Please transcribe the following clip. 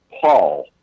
Paul